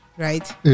right